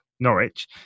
Norwich